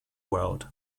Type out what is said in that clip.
world